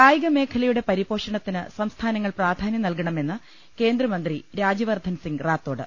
കായികമേഖലയുടെ പരിപോഷണത്തിന് സംസ്ഥാന ങ്ങൾ പ്രാധാന്യം നൽകണമെന്ന് കേന്ദ്രമന്ത്രി രാജ്യ വർദ്ധൻ സിംഗ് റാത്തോഡ്